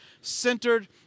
centered